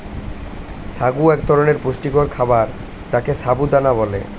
সাগু এক ধরনের পুষ্টিকর খাবার যাকে সাবু দানা বলে